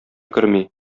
керми